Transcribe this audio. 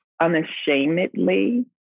unashamedly